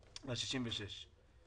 זהות,